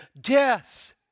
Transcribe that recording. Death